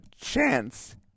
chance